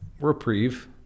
reprieve